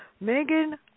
megan